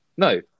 No